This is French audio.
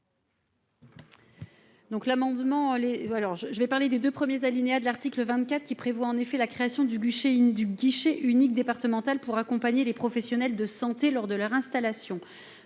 Guillotin. Les deux premiers alinéas de l'article 24 prévoient la création du guichet unique départemental pour accompagner les professionnels de santé lors de leur installation.